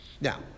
Now